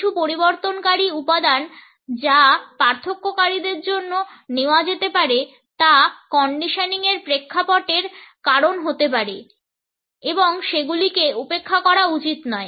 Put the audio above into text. কিছু পরিবর্তনকারী উপাদান যা পার্থক্যকারীদের জন্য নেওয়া যেতে পারে তা কন্ডিশনিং প্রেক্ষাপটের কারণে হতে পারে এবং সেগুলিকে উপেক্ষা করা উচিত নয়